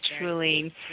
truly